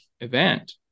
event